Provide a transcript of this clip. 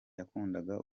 yakundaga